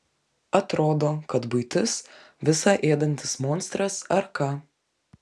atrodo kad buitis visa ėdantis monstras ar ką